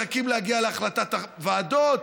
מחכים להגיע להחלטת הוועדות,